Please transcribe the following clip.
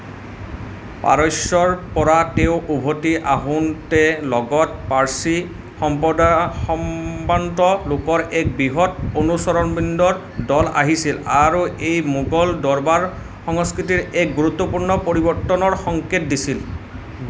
পাৰস্যৰ পৰা তেওঁ উভতি আহোঁতে লগত পাৰ্চী সম্প্ৰদায়ৰ সম্ভ্ৰান্ত লোকৰ এক বৃহৎ অনুচৰবৃন্দৰ দল আহিছিল আৰু এই মোগল দৰবাৰ সংস্কৃতিৰ এক গুৰুত্বপূৰ্ণ পৰিৱৰ্তনৰ সংকেত দিছিল